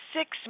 six